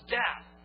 death